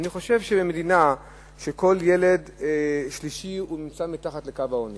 אני חושב שבמדינה שבה כל ילד שלישי נמצא מתחת לקו העוני